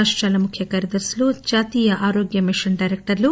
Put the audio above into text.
రాష్టాల ముఖ్య కార్యదర్శులు జాతీయ ఆరోగ్య మిషన్ మిషన్ డైరక్టర్లు